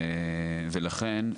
לכן,